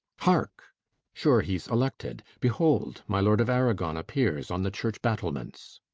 hark sure he s elected behold, my lord of arragon appears on the church battlements.